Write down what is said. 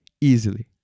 easily